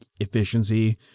efficiency